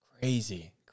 Crazy